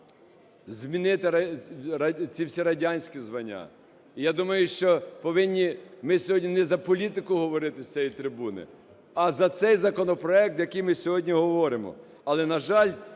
змінити ці всі радянські звання, і я думаю, що повинні ми сьогодні не за політику говорити з цієї трибуни, а за цей законопроект, який ми сьогодні говоримо.